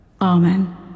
Amen